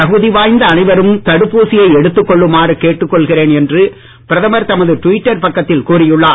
தகுதி வாய்ந்த அனைவரும் தடுப்பூசியை எடுத்துக் கொள்ளுமாறு கேட்டுக் கொள்கிறேன் என்று பிரதமர் தமது டுவிட்டர் பக்கத்தில் கூறி உள்ளார்